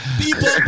people